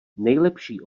nejlepší